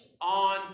on